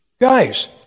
Guys